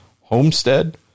Homestead